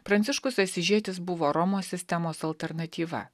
pranciškus asyžietis buvo romos sistemos alternatyva